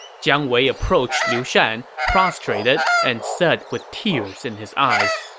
jiang wei approached liu shan, prostrated, and said with tears in his eyes,